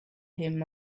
him